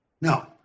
No